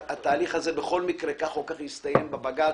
שהתהליך הזה בכל מקרה כך או כך יסתיים בבג"ץ,